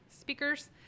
speakers